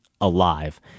alive